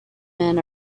men